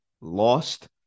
lost